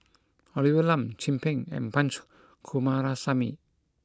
Olivia Lum Chin Peng and Punch Coomaraswamy